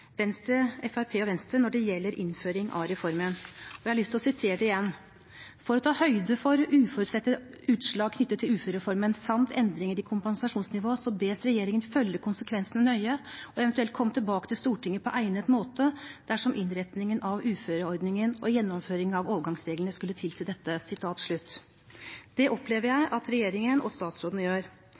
og Venstre når det gjelder innføring av reformen, og jeg har lyst til å sitere igjen: for å ta høyde for uforutsette utslag knyttet til uførereformen samt endringer i kompensasjonsnivået, bes regjeringen følge konsekvensene nøye og eventuelt komme tilbake til Stortinget på egnet måte dersom innretningen av uføreordningen og gjennomføringen av overgangsreglene skulle tilsi dette.» Det opplever jeg at regjeringen og statsrådene gjør.